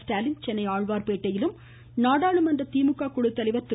ஸ்டாலின் சென்னை ஆழ்வார் பேட்டையிலும் நாடாளுமன்ற திமுக குழு தலைவர் திரு